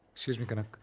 excuse me. can i.